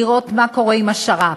לראות מה קורה עם השר"פ,